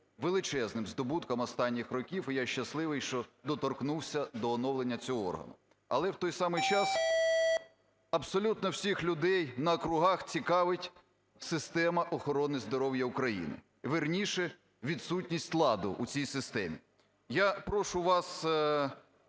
величезним здобутком останніх років. І я щасливий, що доторкнувся до оновлення цього органу. Але, в той самий час, абсолютно всіх людей на округах цікавить система охорони здоров'я України, вірніше, відсутність ладу у цій системі. Я прошу вас